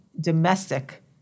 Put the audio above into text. domestic